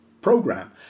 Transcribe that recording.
program